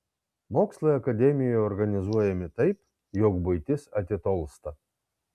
mokslai akademijoje organizuojami taip jog buitis atitolsta